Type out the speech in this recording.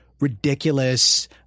ridiculous